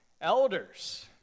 elders